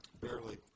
Barely